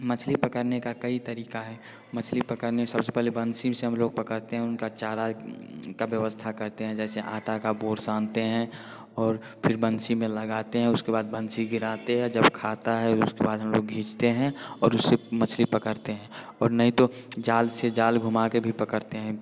मछली पकड़ने का कई तरीका है मछली पकड़ने सबसे पहले बंसी से हम लोग पकड़ते हैं उनका चारा का व्यवस्था करते हैं जैसे आटा का बोर सानते हैं और फिर बंसी में लगाते हैं उसके बाद बंसी गिराते हैं जब खाता है उसके बाद हम लोग खींचते हैं और उससे मछली पकड़ते हैं और नहीं तो जाल से जाल घूमा के भी पकड़ते हैं